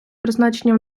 призначення